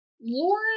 lauren